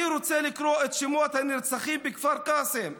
אני רוצה לקרוא את שמות הנרצחים בכפר קאסם,